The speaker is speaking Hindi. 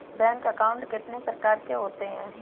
बैंक अकाउंट कितने प्रकार के होते हैं?